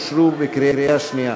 אושרו בקריאה שנייה.